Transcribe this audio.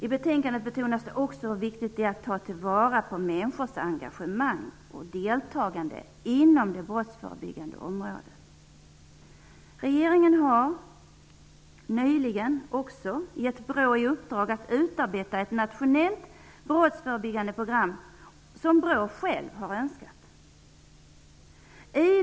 I betänkandet betonas det också hur viktigt det är att ta till vara människors engagemang och deltagande inom det brottsförebyggande området. Regeringen har nyligen också gett BRÅ i uppdrag att utarbeta ett nationellt brottsförebyggande program, som BRÅ självt har önskat.